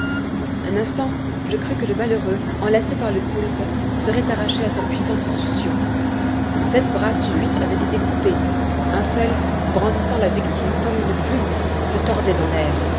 un instant je crus que le malheureux enlacé par le poulpe serait arraché à sa puissante succion sept bras sur huit avaient été coupés un seul brandissant la victime comme une plume se tordait dans l'air